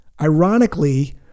Ironically